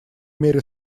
мере